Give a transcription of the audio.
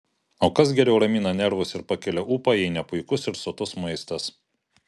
o kas geriau ramina nervus ir pakelia ūpą jei ne puikus ir sotus maistas